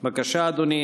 בבקשה, אדוני.